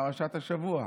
בפרשת השבוע.